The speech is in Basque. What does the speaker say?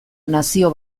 nazio